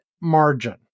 margin